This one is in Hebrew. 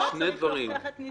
אנחנו בדיני נזיקין.